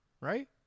right